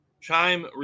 Chime